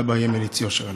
ואבא יהיה מליץ יושר עליו.